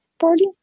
party